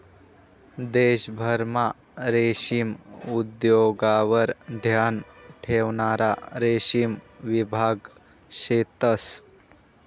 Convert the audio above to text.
देशभरमा रेशीम उद्योगवर ध्यान ठेवणारा रेशीम विभाग शेतंस